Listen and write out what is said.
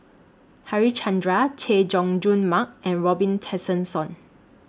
Harichandra Chay Jung Jun Mark and Robin Tessensohn